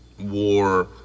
war